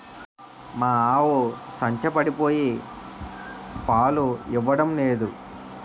మా ఆవు సంచపడిపోయి పాలు ఇవ్వడం నేదు